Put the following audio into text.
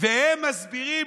והם מסבירים